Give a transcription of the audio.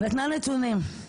נתנה נתונים,